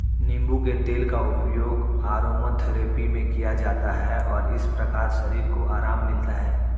नींबू के तेल का उपयोग अरोमाथेरेपी में किया जाता है और इस प्रकार शरीर को आराम मिलता है